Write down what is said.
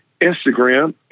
Instagram